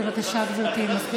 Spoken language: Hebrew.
בבקשה, גברתי.